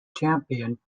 champion